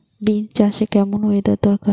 Beans চাষে কেমন weather দরকার?